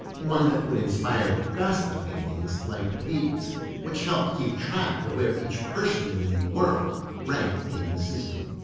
one that would inspire gustav paintings like these which helped keep track of where each person in the new world ranked in the system.